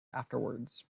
afterwards